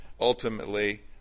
ultimately